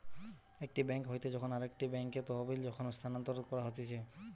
একটি বেঙ্ক হইতে যখন আরেকটি বেঙ্কে তহবিল যখন স্থানান্তর করা হতিছে